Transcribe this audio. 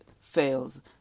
fails